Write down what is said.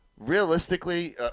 Realistically